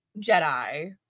Jedi